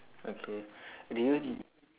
okay do you